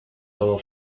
como